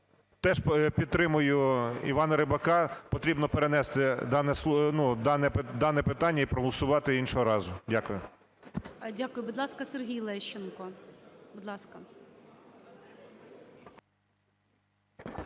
теж підтримую Івана Рибака, потрібно перенести дане, ну, дане питання і проголосувати іншого разу. Дякую. ГОЛОВУЮЧИЙ. Дякую. Будь ласка, Сергій Лещенко. Будь ласка.